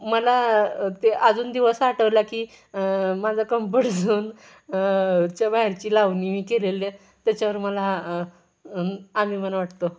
मला ते अजून दिवस आठवला की माझा कंफर्ट झोन च्या बाहेरची लावणी मी केलेली त्याच्यावर मला आभिमान वाटतो